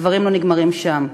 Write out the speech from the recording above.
הדברים לא נגמרים שם.